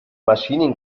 maschinen